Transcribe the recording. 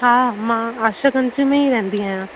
हा मां आशा गंज में ई रहंदी आहियां